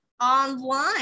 online